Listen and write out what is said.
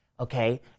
Okay